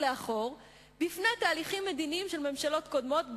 לאחור בפני תהליכים מדיניים של ממשלות קודמות,